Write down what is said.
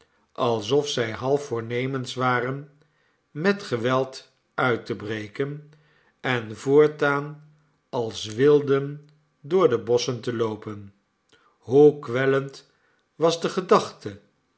alsof zij half voornemens waren met geweld uit te breken en voortaan als wilden door de bosschen te loopen hoe kwellend was de gedachte